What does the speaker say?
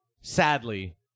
sadly